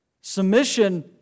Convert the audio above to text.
Submission